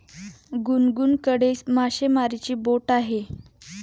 गुनगुनकडे मासेमारीची बोट आहे